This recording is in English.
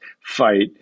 fight